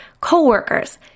coworkers